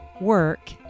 work